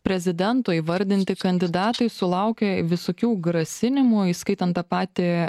prezidento įvardinti kandidatai sulaukė visokių grasinimų įskaitant tą patį